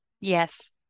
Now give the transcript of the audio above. Yes